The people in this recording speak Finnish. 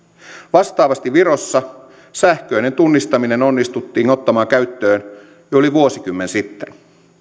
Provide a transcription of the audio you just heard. vastaavasti virossa sähköinen tunnistaminen onnistuttiin ottamaan käyttöön jo yli vuosikymmen sitten